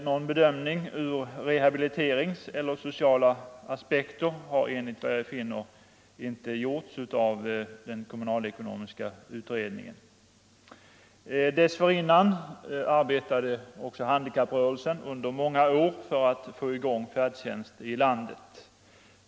Någon bedömning ur rehabiliteringssynpunkt eller från sociala aspekter har enligt vad jag har funnit inte gjorts av den kommunalekonomiska utredningen. Dessförinnan arbetade också handikapprörelsen under många år för att få i gång en färdtjänst i landet.